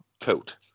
coat